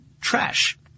trash